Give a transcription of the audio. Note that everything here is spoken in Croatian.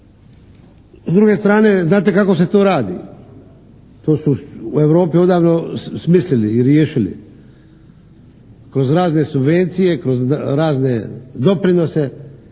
S druge strane znate kako se to radi? To su u Europi odavno smislili i riješili kroz razne subvencije, kroz razne doprinose